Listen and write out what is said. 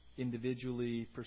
Individually